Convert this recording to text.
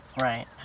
right